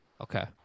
okay